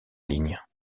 ligne